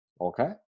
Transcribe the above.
okay